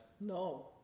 No